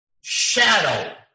shadow